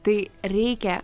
tai reikia